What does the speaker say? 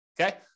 Okay